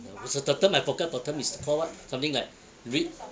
what's the the term I forget the term is call what something like re~